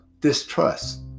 distrust